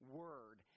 word